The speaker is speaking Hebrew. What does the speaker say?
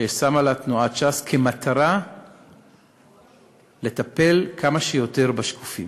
כי שמה לה תנועת ש"ס כמטרה לטפל כמה שיותר בשקופים.